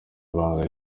ibanga